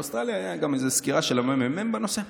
באוסטרליה הייתה גם איזו סקירה של הממ"מ בנושא.